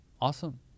Awesome